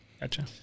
Gotcha